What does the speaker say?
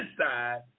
inside